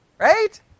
Right